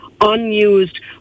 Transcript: unused